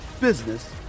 business